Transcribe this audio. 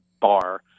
bar